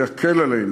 זה יקל עלינו.